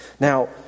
Now